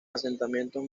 asentamientos